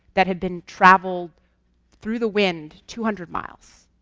that had been traveled through the wind, two hundred miles.